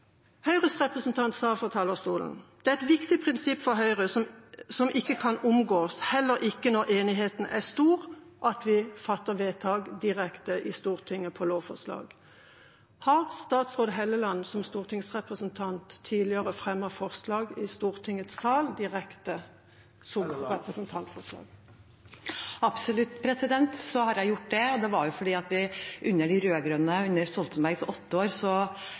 Høyres representant sa fra talerstolen at det for Høyre er et viktig prinsipp som ikke kan omgås, heller ikke når enigheten er stor, og det er at vi fatter vedtak på lovforslag direkte i Stortinget. Har statsråd Helleland som stortingsrepresentant fremmet forslag direkte i Stortingets sal, såkalte representantforslag? Jeg har absolutt gjort det. Det var fordi at under de rød-grønne – under Stoltenbergs åtte år